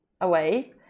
away